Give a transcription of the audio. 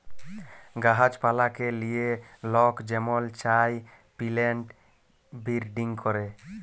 গাহাছ পালাকে লিয়ে লক যেমল চায় পিলেন্ট বিরডিং ক্যরে